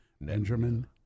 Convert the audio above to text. Benjamin